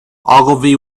ogilvy